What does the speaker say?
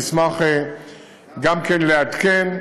נשמח גם כן לעדכן.